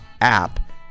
app